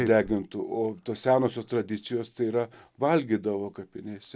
degint o tos senosios tradicijos tai yra valgydavo kapinėse